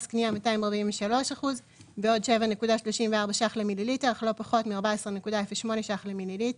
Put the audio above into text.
קנייה - 243% + 7.34 ש" למ"ל אל"פ מ-14.08 ₪ למל"ל